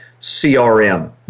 CRM